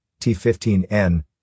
T15N